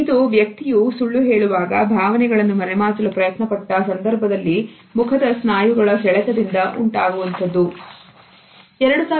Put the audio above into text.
ಇದುವ್ಯಕ್ತಿಯು ಸುಳ್ಳು ಹೇಳುವಾಗ ಭಾವನೆಗಳನ್ನು ಮರೆಮಾಚಲು ಪ್ರಯತ್ನಪಟ್ಟ ಸಂದರ್ಭದಲ್ಲಿ ಮುಖದ ಸ್ನಾಯುಗಳ ಸೆಳೆತದಿಂದ ಉಂಟಾಗುವಂಥದ್ದು